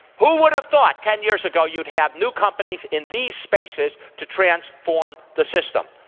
who would have thought, ten years ago, you'd have new companies in these spaces to transform the system?